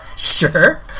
Sure